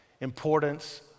importance